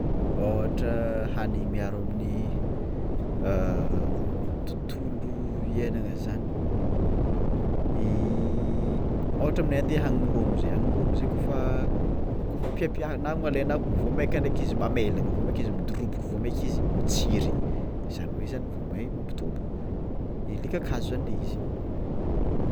Ohatra hany miaro amin'ny tontolo iainana zany ôhatra aminay aty hanimirongo zay hanimorongo kôfa piapiahagnao na alainao vao maika ndraiky izy mamelagna vao maika izy midoroboko vao maika izy mitsiry zany hoe zany vay may mampitombo le kakazo zany le izy.